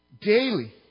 daily